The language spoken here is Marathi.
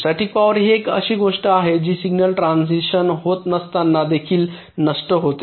स्टॅटिक पॉवर ही अशी एक गोष्ट आहे जी सिग्नल ट्रान्सिशन होत नसताना देखील नष्ट होते